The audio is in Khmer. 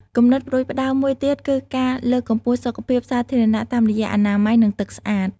គំនិតផ្តួចផ្តើមមួយទៀតគឺការលើកកម្ពស់សុខភាពសាធារណៈតាមរយៈអនាម័យនិងទឹកស្អាត។